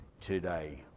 today